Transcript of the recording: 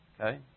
Okay